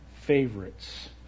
favorites